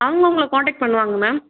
அவங்க உங்களை காண்டெக்ட் பண்ணுவாங்கள் மேம்